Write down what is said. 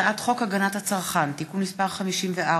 הצעת חוק הגנת הצרכן (תיקון מס׳ 54),